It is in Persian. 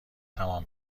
تمام